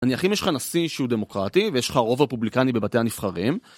ננייח יש לך נשיא שהוא דמוקרטי ויש לך עובר פובליקני בבתי הנבחרים